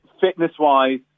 fitness-wise